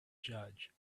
judge